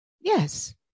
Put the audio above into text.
Yes